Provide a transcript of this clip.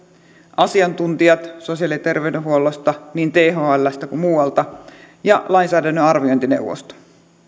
asiantuntijat sosiaali ja terveydenhuollosta niin thlstä kuin muualta ja lainsäädännön arviointineuvosto